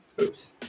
Oops